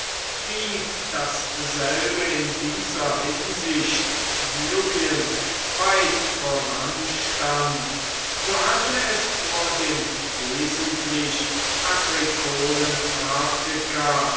wie dasselbe in dieser hinsicht syrien weit voranstand so hatte es vor dem wesentlich